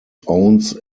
owns